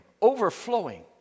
overflowing